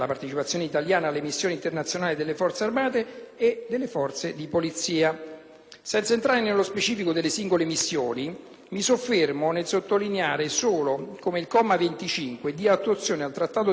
Senza entrare nello specifico delle singole missioni, mi soffermo nel sottolineare solo che il comma 25 dà attuazione al Trattato di amicizia con la Libia, che è stato da parte dell'Italia dei Valori fortemente contestato,